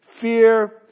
fear